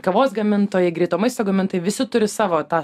kavos gamintojai greito maisto gamintojai visi turi savo tą